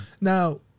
Now